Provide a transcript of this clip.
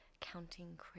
counting